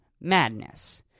madness